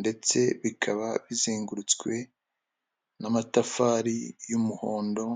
ndetse bikaba bizengurutswe n'amatafari y'umuhondo.